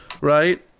right